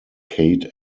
kate